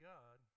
God